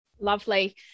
Lovely